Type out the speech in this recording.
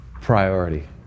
Priority